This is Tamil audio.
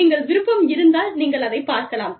நீங்கள் விருப்பம் இருந்தால் நீங்கள் அதைப் பார்க்கலாம்